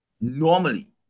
normally